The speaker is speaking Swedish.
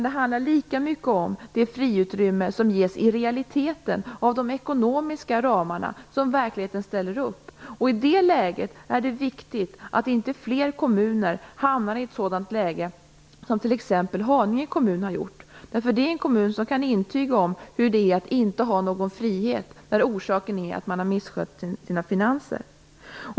Det handlar lika mycket om det fria utrymme som i realiteten ges av de ekonomiska ramar som verkligheten medger. I det läget är det viktigt att inte fler kommuner hamnar i en sådan situation som t.ex. Haninge kommun har gjort. Det är en kommun där man kan intyga om hur det är att inte ha någon frihet när orsaken är att man har misskött sina finanser.